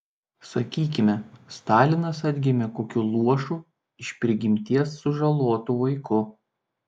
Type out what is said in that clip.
sakykime stalinas atgimė kokiu luošu iš prigimties sužalotu vaiku